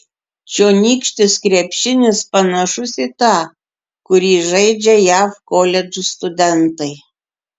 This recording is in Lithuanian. čionykštis krepšinis panašus į tą kurį žaidžia jav koledžų studentai